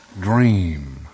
Dream